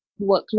workload